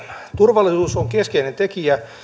turvallisuus on keskeinen tekijä